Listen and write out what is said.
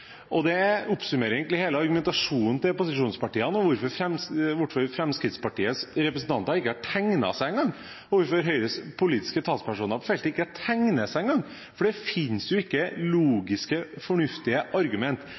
oppsummerer egentlig hele argumentasjonen til posisjonspartiene – hvorfor Fremskrittspartiets representanter ikke har tegnet seg engang, og hvorfor Høyres politiske talspersoner på feltet ikke tegner seg engang. Det finnes ikke logiske, fornuftige argument.